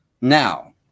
Now